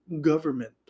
government